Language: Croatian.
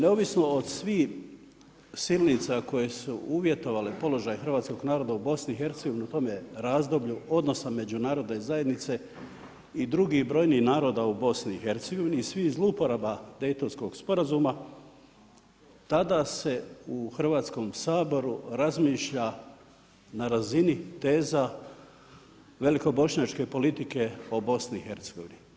Neovisno od svih silnica koje su uvjetovale položaj hrvatskog naroda u BIH, u tome razdoblju, odnosa međunarodne zajednice i drugih brojnih naroda u BIH i svim zlouporaba Daytonskog sporazuma, tada se u Hrvatskom saboru razmišlja na razini teza velikobošnjačke politike o BIH.